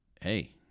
hey